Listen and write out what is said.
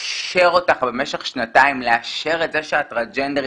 לאשר אותך אבל במשך שנתיים לאשר את זה שאת טרנסג'נדרית.